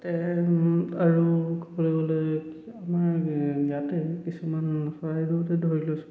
আৰু ক'বলে গ'লে আমাৰ ইয়াতে কিছুমান চৰাইদেওতে ধৰি লৈছোঁ